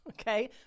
okay